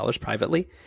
privately